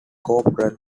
corporal